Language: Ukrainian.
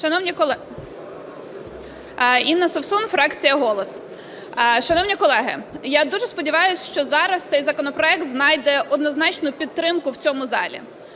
Шановні колеги, я дуже сподіваюсь, що зараз цей законопроект знайде однозначну підтримку в цьому залі.